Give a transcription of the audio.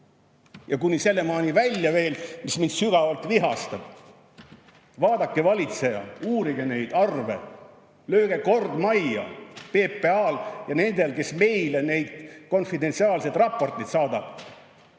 Ja kuni sellemaani välja veel, mis mind sügavalt vihastab. Vaadake, valitseja, uurige neid arve! Lööge kord majja PPA-s ja nende juures, kes meile neid konfidentsiaalseid raporteid saadab!